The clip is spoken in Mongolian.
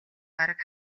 бараг